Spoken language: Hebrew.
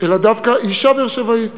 אלא דווקא אישה באר-שבעית